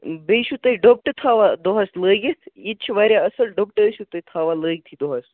بییٛہِ چھِو تُہۍ ڈُپٹہٕ تھاوان دۄہس لٲگِتھ یِتہٕ چھُ واریاہ اصٕل ڈُپٹہٕ ٲسِو تُہۍ تھاوان لٲگتھٕے دۄہس